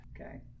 Okay